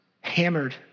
hammered